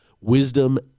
wisdom